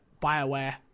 Bioware